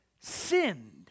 sinned